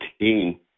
team